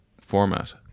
format